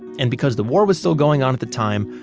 and because the war was still going on at the time,